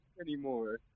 anymore